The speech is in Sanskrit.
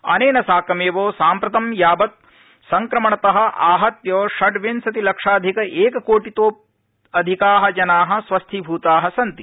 अनेन साकमेव साम्प्रतं यावत् संक्रमणत आहत्य षड्विंशति लक्षाधिक एक कोटितोऽधिका जना स्वस्थीभूता सन्ति